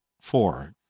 Four